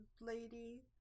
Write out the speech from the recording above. lady